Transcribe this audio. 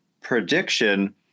prediction